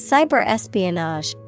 Cyber-espionage